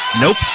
Nope